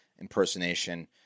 impersonation